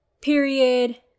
period